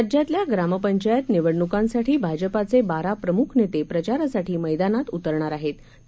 राज्यातल्याग्रामपंचायतनिवडणुकांसाठीभाजपाचेबाराप्रमुखनेतेप्रचारासाठीमैदानातउतरणारआहेत